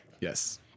yes